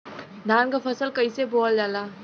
धान क फसल कईसे बोवल जाला?